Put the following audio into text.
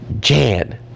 Jan